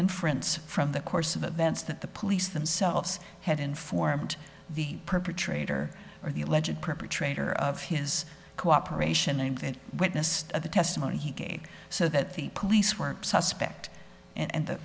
inference from the course of events that the police themselves had informed the perpetrator or the alleged perpetrator of his cooperation and witness of the testimony he gave so that the police weren't suspect and